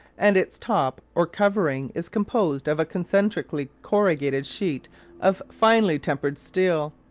and its top or covering is composed of a concentrically-corrugated sheet of finely tempered steel.